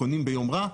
קונים ביום רע,